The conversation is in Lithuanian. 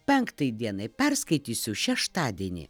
penktai dienai perskaitysiu šeštadienį